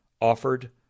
offered